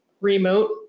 remote